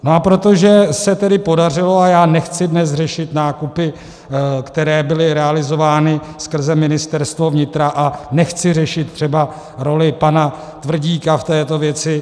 A protože se tedy podařilo a já nechci dnes řešit nákupy, které byly realizovány skrze Ministerstvo vnitra, a nechci řešit třeba roli pana Tvrdíka v této věci.